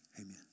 Amen